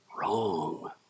wrong